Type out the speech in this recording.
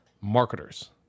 marketers